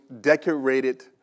decorated